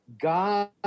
God